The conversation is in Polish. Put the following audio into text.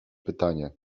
pytanie